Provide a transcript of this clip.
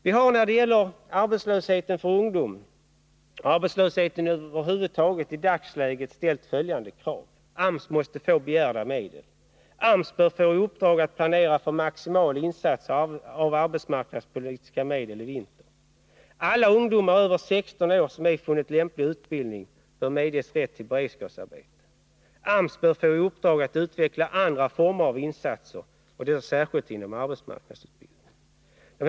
Vi har när det gäller ungdomsarbetslösheten och arbetslösheten över huvud taget i dagsläget bl.a. ställt följande krav: AMS måste få begärda medel. AMS bör få i uppdrag att planera för maximal insats av arbetsmarknadspolitiska medel i vinter. Alla ungdomar över 16 år som ej funnit lämplig utbildning bör medges rätt till beredskapsarbete. AMS bör få i uppdrag att utveckla andra former av insatser, och då särskilt inom arbetsmarknadsutbildningen.